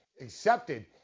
accepted